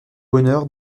bonheur